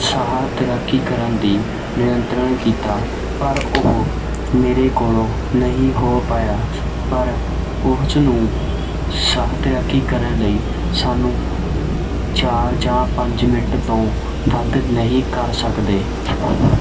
ਸਾਹ ਤੈਰਾਕੀ ਕਰਨ ਦੀ ਨਿਯੰਤਰਨ ਕੀਤਾ ਪਰ ਉਹ ਮੇਰੇ ਕੋਲੋਂ ਨਹੀਂ ਹੋ ਪਾਇਆ ਪਰ ਉਸ ਨੂੰ ਸਾਹ ਤੈਰਾਕੀ ਕਰਨ ਲਈ ਸਾਨੂੰ ਚਾਰ ਜਾਂ ਪੰਜ ਮਿੰਟ ਤੋਂ ਵੱਧ ਨਹੀਂ ਕਰ ਸਕਦੇ